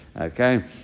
Okay